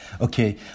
Okay